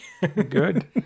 Good